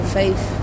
faith